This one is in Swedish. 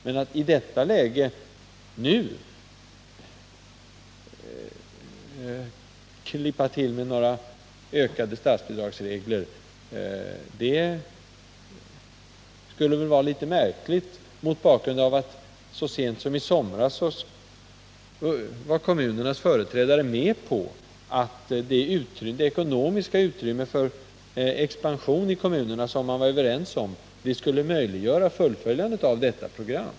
Men att i detta läge klippa till med ökade statsbidrag skulle vara litet märkligt, mot bakgrunden av att så sent som i somras var kommunernas företrädare med på att det ekonomiska utrymme för expansion i kommunerna som man var överens om, skulle möjliggöra fullföljandet av detta program.